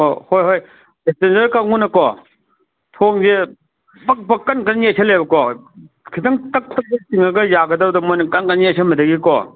ꯑꯣ ꯍꯣꯏ ꯍꯣꯏ ꯄꯦꯁꯦꯟꯖꯔ ꯀꯥꯡꯒꯨꯅꯀꯣ ꯊꯣꯡꯁꯦ ꯕꯛ ꯕꯛ ꯀꯟ ꯀꯟ ꯌꯩꯁꯤꯜꯂꯦꯕꯀꯣ ꯈꯤꯇꯪ ꯇꯛ ꯇꯛ ꯊꯤꯡꯂꯒ ꯌꯥꯒꯗꯕꯗꯣ ꯃꯣꯏꯅ ꯀꯟ ꯀꯟ ꯌꯩꯁꯤꯟꯕꯗꯒꯤꯀꯣ